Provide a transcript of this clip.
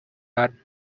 arm